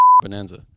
bonanza